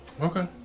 okay